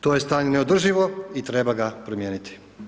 To je stanje neodrživo i treba ga promijeniti.